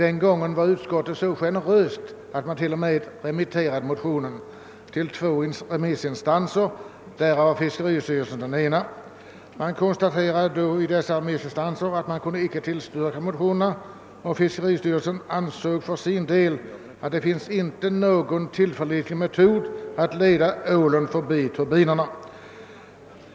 Den gången var utskottet så generöst, att man till och med remitterade motionen till två remissinstanser, varav fiskeristyrelsen var den ena. Remissinstanserna kunde inte tillstyrka motionerna; fiskeristyrelsen ansåg för sin del att det inte fanns någon tillförlitlig metod att leda ålen förbi turbinerna.